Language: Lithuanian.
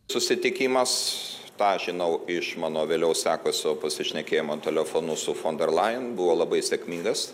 susitikimas tą žinau iš mano vėliau sekusių pasišnekėjimų telefonu su fon der lajen buvo labai sėkmingas